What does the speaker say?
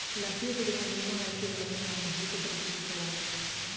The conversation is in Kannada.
ಲಭ್ಯವಿರುವ ವಿಮಾ ಆಯ್ಕೆಗಳನ್ನು ನಾನು ಹೇಗೆ ಪರಿಶೀಲಿಸಬಹುದು?